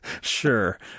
Sure